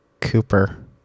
Cooper